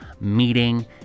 meeting